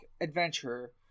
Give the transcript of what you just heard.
adventurer